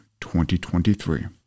2023